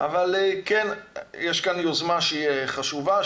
אבל כן יש כאן יוזמה חשובה,